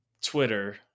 Twitter